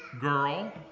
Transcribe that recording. girl